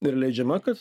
ir leidžiama kad